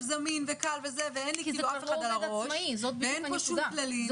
זמין וקל ואין לי אף אחד על הראש ואין פה שום כללים.